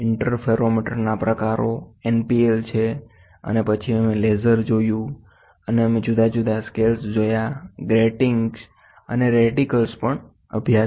interferometer ના પ્રકારો NPL છે અને પછી અમે લેસર જોયું અને અમે જુદા જુદા સ્કેલ જોયા અને ગ્રેટીંગ્સ અને રેટીક્લસ પણ જોયા